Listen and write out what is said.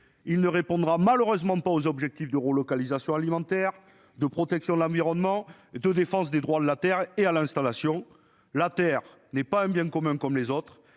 Il ne répondra malheureusement pas aux objectifs de relocalisation alimentaire, de protection de l'environnement, de défense des droits à la terre et à l'installation. La terre n'est pas un bien comme les autres